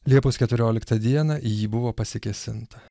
liepos keturioliktą dieną į jį buvo pasikėsinta